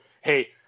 Hey